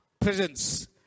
presence